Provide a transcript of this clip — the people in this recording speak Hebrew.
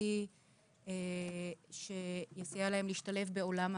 תעסוקתי שיסייע להם להשתלב בעולם העבודה.